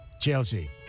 Chelsea